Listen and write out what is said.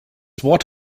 wort